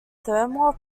thermal